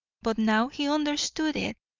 but now he understood it.